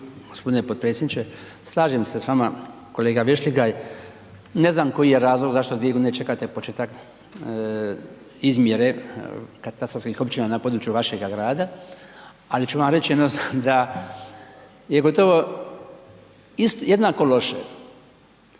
gospodine potpredsjedniče. Slažem se s vama kolega Vešligaj, ne znam koji je razlog zašto vi ne čekate početak izmjere katastarskih općina na području vašega grada, ali ću vam reći da je gotovo jednako loše,